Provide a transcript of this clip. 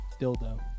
Dildo